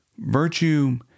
Virtue